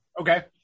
Okay